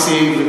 אני לא,